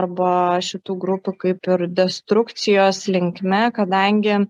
arba šitų grupių kaip ir destrukcijos linkme kadangi